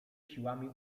siłami